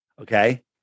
Okay